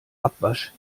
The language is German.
abwasch